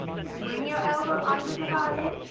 swing your elbow under the violin,